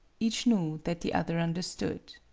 each knew that the other understood.